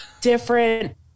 different